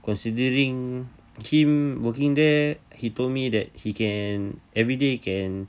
considering him working there he told me that he can everyday can